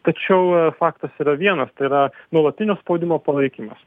tačiau faktas yra vienas tai yra nuolatinio spaudimo palaikymas